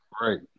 Right